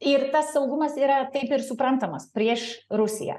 ir tas saugumas yra taip ir suprantamas prieš rusiją